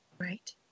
Right